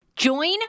Join